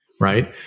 right